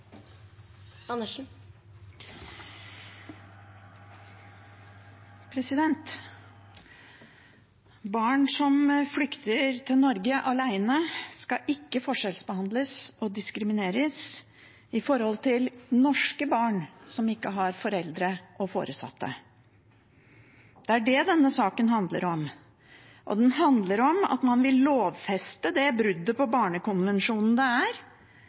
Barn som flykter til Norge alene, skal ikke forskjellsbehandles og diskrimineres i forhold til norske barn som ikke har foreldre og foresatte. Det er det denne saken handler om. Den handler om at man vil lovfeste det bruddet på barnekonvensjonen det er